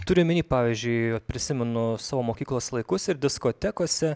turiu omeny pavyzdžiui prisimenu savo mokyklos laikus ir diskotekose